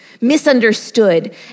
misunderstood